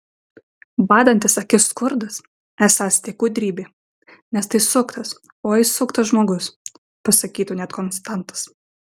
badantis akis skurdas esąs tik gudrybė nes tai suktas oi suktas žmogus pasakytų net konstantas